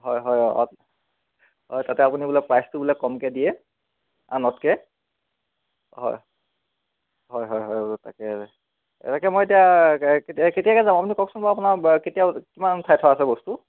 হয় হয় অঁ হয় তাতে আপুনি বোলে প্ৰাইচটো বোলে কমকৈ দিয়ে আনতকৈ হয় হয় হয় বাৰু তাকে এনেকৈ মই এতিয়া কেতিয়াকৈ যাম আপুনি কওকচোন বাৰু আপোনাৰ কেতিয়া কিমান উঠাই থোৱা আছে বস্তু